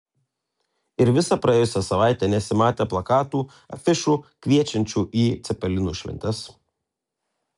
ir visą praėjusią savaitę nesimatė plakatų afišų kviečiančių į cepelinų šventes